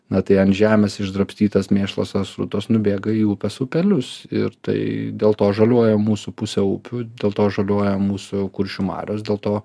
na tai ant žemės išdrabstytas mėšlas srutos nubėga į upes upelius ir tai dėl to žaliuoja mūsų pusė upių dėl to žaliuoja mūsų kuršių marios dėl to